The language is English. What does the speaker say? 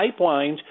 pipelines